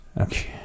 okay